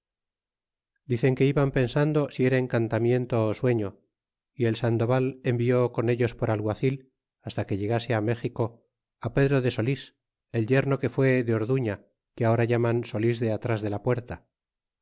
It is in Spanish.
dicen que iban pensando si era encantamiento ó sueño y el sandoval envió con ellos por alguacil hasta que llegase á méxico á pedro de solís el yerno que fué de orduña que ahora llaman solís de atras de la puerta